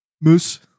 Moose